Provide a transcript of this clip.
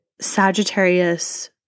Sagittarius